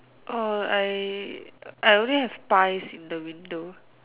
oh I I only have piles in the window